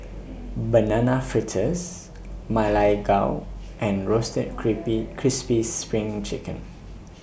Banana Fritters Ma Lai Gao and Roasted creepy Crispy SPRING Chicken